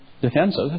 defensive